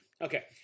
Okay